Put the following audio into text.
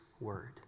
word